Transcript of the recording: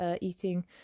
eating